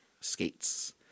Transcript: skates